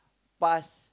pass